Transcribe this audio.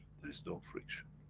there is no friction.